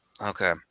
Okay